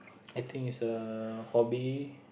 I think is a hobby